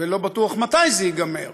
ולא בטוח מתי זה ייגמר.